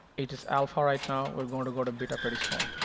it is alpha right now. we're going to go to beta pretty soon.